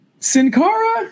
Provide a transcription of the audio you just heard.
sincara